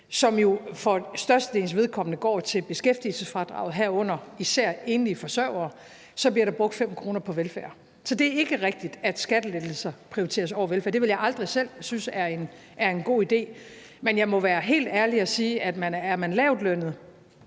som jo for størstedelens vedkommende går til beskæftigelsesfradraget, herunder især for enlige forsørgere, så bliver der brugt 5 kr. på velfærd. Så det er ikke rigtigt, at skattelettelser prioriteres over velfærd. Det ville jeg aldrig selv synes var en god idé. Men jeg må være helt ærlig og sige, at er man lavtlønnet,